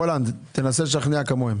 רולנד, תנסה לשכנע כמוהם.